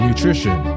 Nutrition